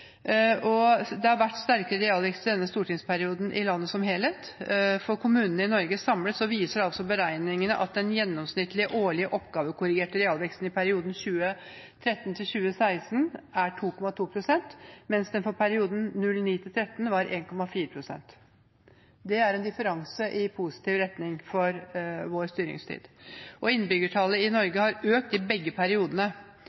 Det har vært sterkere realvekst i denne stortingsperioden i landet som helhet. For kommunene i Norge samlet viser beregningene at den gjennomsnittlige årlige, oppgavekorrigerte realveksten i perioden 2013–2016 er 2,2 pst., mens den for perioden 2009–2013 var 1,4 pst. Det er en differanse i positiv retning i vår styringstid. Innbyggertallet i